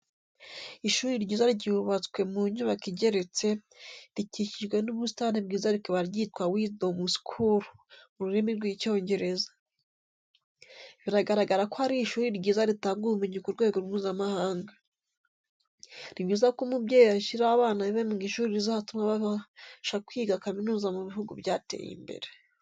Ishuri ryiza ryubatswe mu nyubako igeretse, rikikijwe n'ubusitani bwiza rikaba ryitwa Wisdom school mu rurimi rw'Icyongereza. Biragaragara ko ari ishuri ryiza ritanga ubumenyi ku rwego mpuzamahanga. Ni byiza ko umubyeyi ashyira abana be mu ishuri rizatuma babasha kwiga kaminuza mu bihugu byateye imbere.